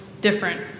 different